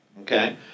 Okay